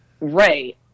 Right